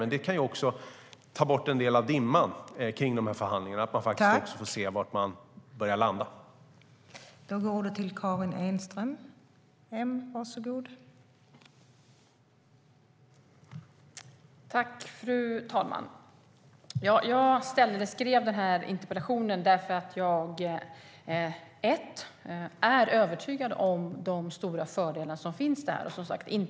Men att se var man börjar landa kan också ta bort en del av dimman kring förhandlingarna.